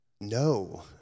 No